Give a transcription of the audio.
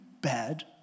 bad